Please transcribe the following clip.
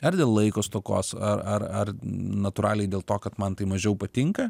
ar dėl laiko stokos ar ar ar natūraliai dėl to kad man tai mažiau patinka